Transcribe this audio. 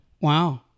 Wow